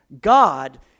God